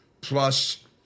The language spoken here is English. plus